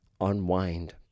unwind